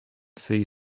see